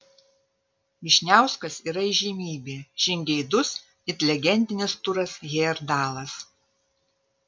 vyšniauskas yra įžymybė žingeidus it legendinis turas hejerdalas